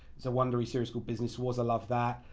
it's a wondery series called business wars, i love that.